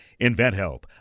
InventHelp